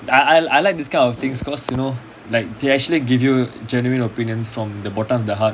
I I like this kind of things cause you know like they actually give you genuine opinions from the bottom of the heart